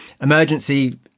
emergency